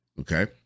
Okay